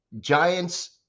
Giants